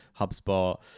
HubSpot